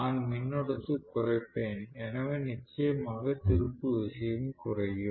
நான் மின்னோட்டத்தைக் குறைப்பேன் எனவே நிச்சயமாக திருப்பு விசையும் குறையும்